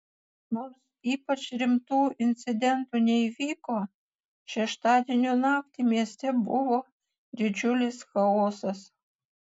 nors ypač rimtų incidentų neįvyko šeštadienio naktį mieste buvo didžiulis chaosas